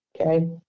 Okay